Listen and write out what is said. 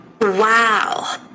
Wow